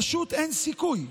פשוט אין סיכוי.